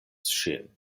ŝin